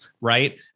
Right